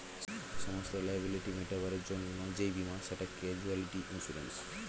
সমস্ত লায়াবিলিটি মেটাবার জন্যে যেই বীমা সেটা ক্যাজুয়ালটি ইন্সুরেন্স